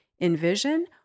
envision